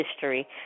history